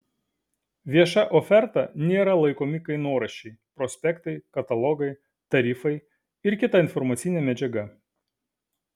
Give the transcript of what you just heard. vieša oferta nėra laikomi kainoraščiai prospektai katalogai tarifai ir kita informacinė medžiaga